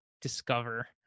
discover